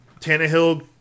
Tannehill